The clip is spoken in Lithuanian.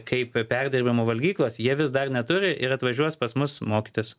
kaip perdirbimo valgyklos jie vis dar neturi ir atvažiuos pas mus mokytis